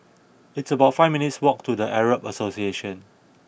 it's about five minutes' walk to The Arab Association